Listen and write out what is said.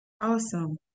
Awesome